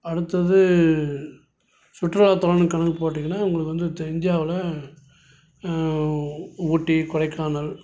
அடுத்தது சுற்றுலாதலம்ன்னு கணக்கு போட்டிங்கனா உங்களுக்கு வந்து தெ இந்தியாவில் ஊட்டி கொடைக்கானல்